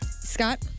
Scott